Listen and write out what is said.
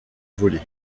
voler